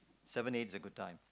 seven eight is a good time